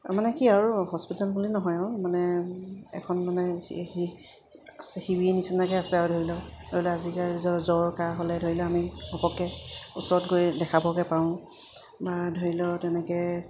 মানে কি আৰু হস্পিটেল বুলি নহয় আৰু মানে এখন মানে শিবিৰ নিচিনাকৈ আছে আৰু ধৰি লওক ধৰি লওক আজিকালি জ্বৰ কাহ হ'লে ধৰি লওক আমি ঘপককৈ ওচৰত গৈ দেখাবগৈ পাৰোঁ বা ধৰি লওক তেনেকৈ